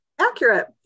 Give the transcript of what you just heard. accurate